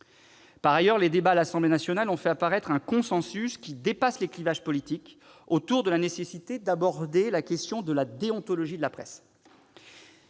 Par ailleurs, les débats à l'Assemblée nationale ont fait apparaître un consensus qui dépasse les clivages politiques, autour de la nécessité d'aborder la question de la déontologie de la presse.